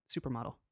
supermodel